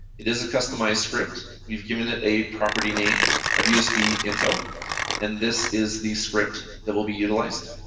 it is a customized script. we've given it a property name of usb info and this is the script that will be utilized.